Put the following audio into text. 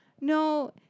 No